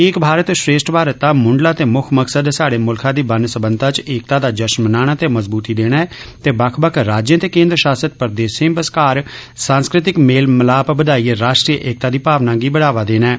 एक भारत श्रेष्ठ भारत दा मुंडला तें मुक्ख मकसद स्हाड़े मुल्खै दी बनसब्बनता च एकता दा जश्न मनाना ते मजबूती देना ऐ ते बक्ख राज्ये ते केन्द्र शासत प्रदेशे बश्कार सांस्कृतिक मेल मिलाप बधाइए राष्ट्रीय एकता दी भावना गी बढ़ावा देना ऐ